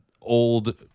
old